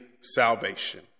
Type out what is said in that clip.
salvation